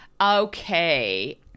Okay